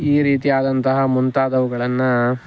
ಈ ರೀತಿಯಾದಂತಹ ಮುಂತಾದವುಗಳನ್ನು